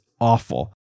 awful